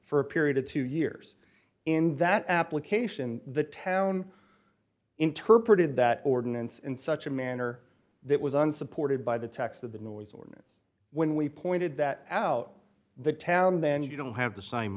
for a period of two years in that application the town interpreted that ordinance in such a manner that was unsupported by the text of the noise ordinance when we pointed that out the town then you don't have the same